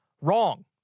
wrong